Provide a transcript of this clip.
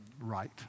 right